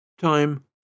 Time